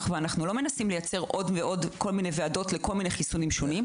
ואנחנו לא מנסים לייצר עוד ועוד ועדות לכל מיני חיסונים שונים,